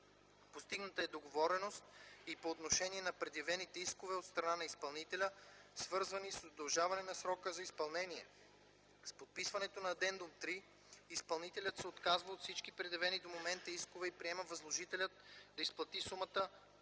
Постигната е договореност и по отношение на предявените искове от страна на изпълнителя, свързани с удължаване на срока за изпълнение – с подписването на Адендум 3 Изпълнителят се отказва от всички предявени до момента искове и приема Възложителят да изплати сумата